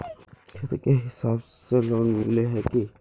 खेत के हिसाब से लोन मिले है की?